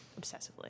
obsessively